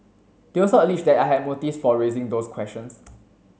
they also alleged that I had motives for raising those questions